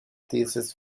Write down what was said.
thesis